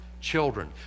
children